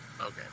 okay